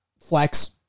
flex